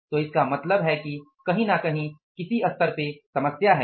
तो इसका मतलब है कि कहीं ना कहीं किसी स्तर पर समस्या है